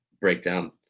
breakdown